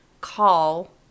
call